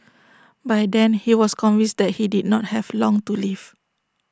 by then he was convinced that he did not have long to live